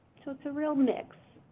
so it's a real mix.